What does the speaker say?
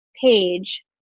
page